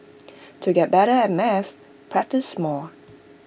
to get better at maths practise more